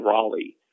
Raleigh